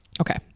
Okay